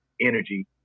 energy